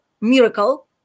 miracle